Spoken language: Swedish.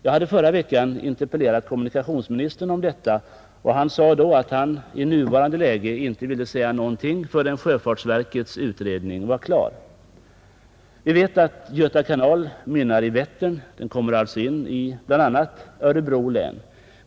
Jag hade förra veckan en interpellationsdebatt om detta med kommunikationsministern, och han sade då att han i nuvarande läge inte ville säga någonting förrän sjöfartsverkets utredning var klar. Vi vet att Göta kanal mynnar i Vättern. Den kommer alltså in bl.a. i Örebro län.